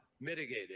mitigated